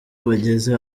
bageze